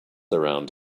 around